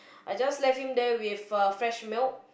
I just left him there with uh fresh milk